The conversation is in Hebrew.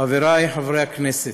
חברי חברי הכנסת,